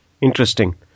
Interesting